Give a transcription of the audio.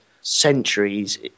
centuries